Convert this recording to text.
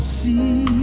see